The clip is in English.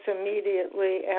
immediately